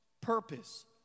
purpose